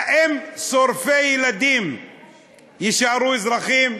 האם שורפי ילדים יישארו אזרחים?